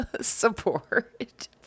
support